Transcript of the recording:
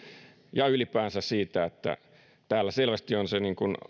ja ylipäänsä sen perusteella että täällä selvästi on se